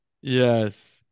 Yes